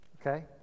okay